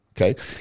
okay